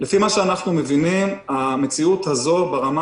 לפי מה שאנחנו מבינים המציאות הזו ברמה